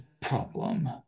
problem